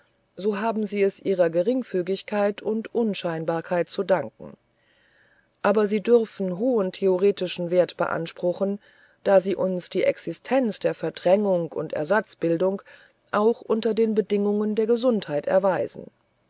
so haben sie es ihrer geringfügigkeit und unscheinbarkeit zu danken aber sie dürfen hohen theoretischen wert beanspruchen da sie uns die existenz der verdrängung und ersatzbildung auch unter den bedingungen der gesundheit erweisen